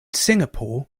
singapore